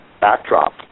backdrop